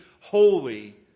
holy